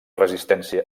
resistència